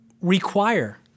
require